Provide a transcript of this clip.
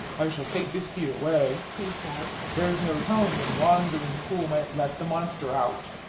i shall take this key away, he said there's no telling what wandering fool might let the monster out.